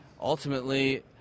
ultimately